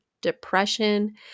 depression